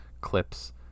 clips